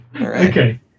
okay